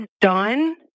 done